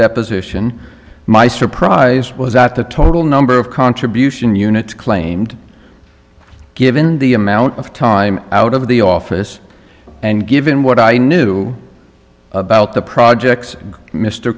deposition my surprise was that the total number of contribution units claimed given the amount of time out of the office and given what i knew about the projects mr